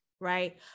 Right